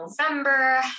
November